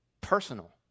personal